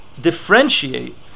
differentiate